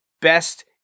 best